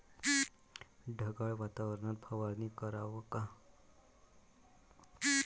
ढगाळ वातावरनात फवारनी कराव का?